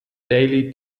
daily